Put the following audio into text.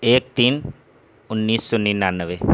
ایک تین انیس سو ننیانوے